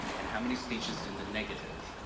and how many speeches in the negative?